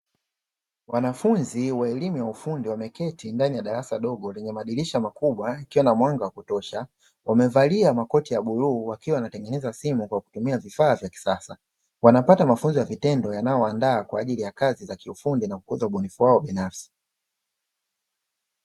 Wanafunzi wa elimu ya ufundi wameketi ndani ya darasa dogo lenye madirisha makubwa ikiwa na mwanga wa kutosha. Wamevalia makoti ya bluu wakiwa wanatengeneza simu kwa kutumia vifaa vya kisasa. Wanapata mafunzo ya kitendo yanayoandaa kwa ajili ya kazi za kiufundi na kukuza ubunifu wao binafsi.